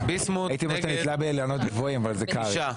תשעה.